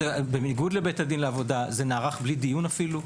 בניגוד לבית הדין לעבודה, זה נערך בלי דיון אפילו.